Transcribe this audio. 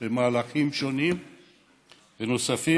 במהלכים שונים ונוספים